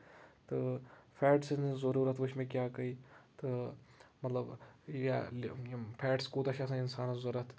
تہٕ فیٹسن ہٕنٛز ضروٗرت وٕچھ مےٚ کیاہ گے تہٕ مطلب یا یِم فیٹس کوٗتاہ چھِ آسان اِنسانَس ضۄرت